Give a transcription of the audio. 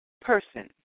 person